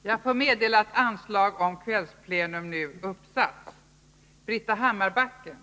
Jag får meddela att anslag om kvällsplenum med början kl. 19.00 nu uppsatts.